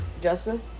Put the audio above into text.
Justin